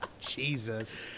jesus